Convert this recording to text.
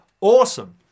awesome